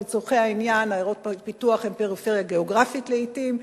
ולצורך העניין עיירות פיתוח הן פריפריה גיאוגרפית לעתים,